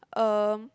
um